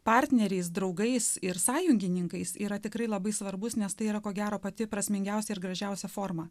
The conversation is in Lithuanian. partneriais draugais ir sąjungininkais yra tikrai labai svarbus nes tai yra ko gero pati prasmingiausia ir gražiausia forma